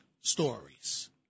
stories